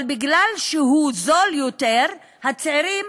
אבל בגלל שהוא זול יותר הצעירים